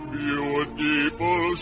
beautiful